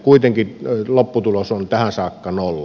kuitenkin lopputulos on tähän saakka nolla